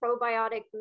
probiotic